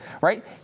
right